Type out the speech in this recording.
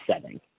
setting